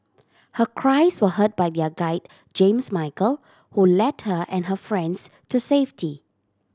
her cries were heard by their guide James Michael who led her and her friends to safety